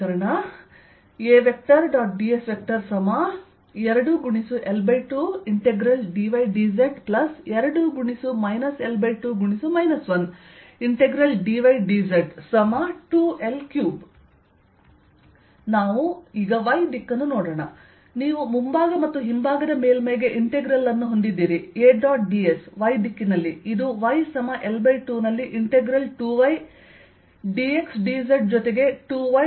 ds2×L2dydz2 L2 1dydz2L3 ನಾವು y ದಿಕ್ಕನ್ನು ನೋಡೋಣ ನೀವು ಮುಂಭಾಗ ಮತ್ತು ಹಿಂಭಾಗದ ಮೇಲ್ಮೈಗೆ ಇಂಟೆಗ್ರಲ್ ಅನ್ನು ಹೊಂದಿದ್ದೀರಿ A ಡಾಟ್ ds y ದಿಕ್ಕಿನಲ್ಲಿ ಇದು yL2 ನಲ್ಲಿ ಇಂಟೆಗ್ರಲ್ 2y dxdz ಜೊತೆಗೆ 2y dx dz ಆಗಿರುತ್ತದೆ